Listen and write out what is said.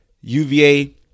uva